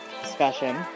discussion